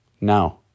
Now